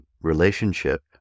relationship